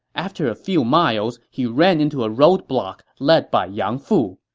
after a few miles, he ran into a roadblock led by yang fu.